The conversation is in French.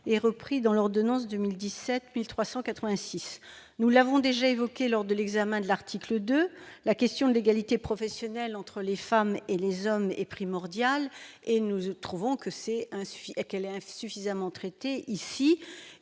repris dans l'ordonnance n° 2017-1386. Nous l'avons déjà évoqué lors de l'examen de l'article 2, la question de l'égalité professionnelle entre les femmes et les hommes est primordiale. Or nous trouvons qu'elle est insuffisamment traitée dans